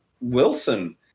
Wilson